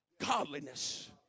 Godliness